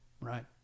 right